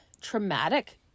traumatic